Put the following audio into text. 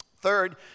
Third